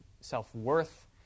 self-worth